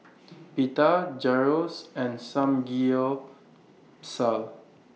Pita Gyros and Samgyeopsal